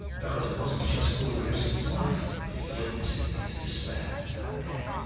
because it wasn't just gordievsky's wife witnessing his despair that day.